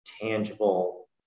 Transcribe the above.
tangible